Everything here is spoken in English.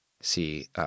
see